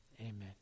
amen